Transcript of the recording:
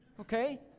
okay